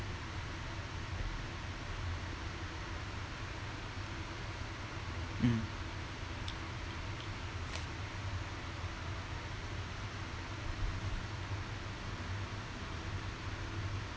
mm